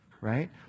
right